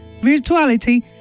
Virtuality